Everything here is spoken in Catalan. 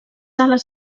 ales